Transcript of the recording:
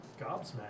Gobsmacked